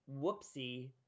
Whoopsie